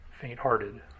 faint-hearted